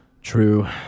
True